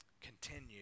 Continue